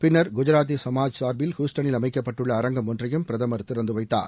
பின்னர் குஜராத்தி சமாஜ் சார்பில் ஹுஸ்டனில் அமைக்கப்பட்டுள்ள அரங்கம் ஒன்றையும் பிரதமர் திறந்து வைத்தார்